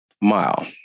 mile